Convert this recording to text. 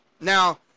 Now